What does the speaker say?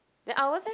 then ours leh